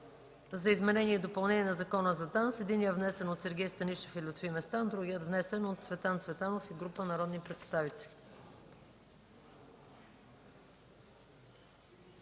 за изменение и допълнение на Закона за ДАНС. Единият е внесен от Сергей Станишев и Лютви Местан, другият е внесен от Цветан Цветанов и група народни представители.